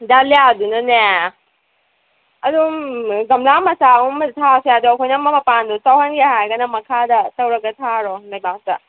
ꯗꯥꯂꯤꯌꯥꯗꯨꯅꯅꯦ ꯑꯗꯨꯝ ꯒꯝꯂꯥ ꯃꯆꯥ ꯑꯃꯗ ꯊꯥꯔꯁꯨ ꯌꯥꯏ ꯑꯗꯣ ꯑꯩꯈꯣꯏꯅ ꯑꯃ ꯃꯄꯥꯟꯗꯣ ꯆꯥꯎꯍꯟꯒꯦ ꯍꯥꯏꯔꯒꯅ ꯃꯈꯥꯗ ꯇꯧꯔꯒ ꯊꯥꯔꯣ ꯂꯩꯕꯥꯛꯇ